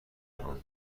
میکنن